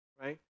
right